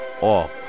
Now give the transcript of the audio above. off